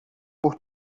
por